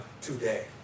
today